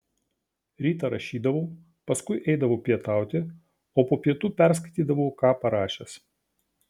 rytą rašydavau paskui eidavau pietauti o po pietų perskaitydavau ką parašęs